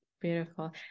Beautiful